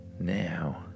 Now